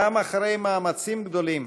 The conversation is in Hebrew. גם אחרי מאמצים גדולים,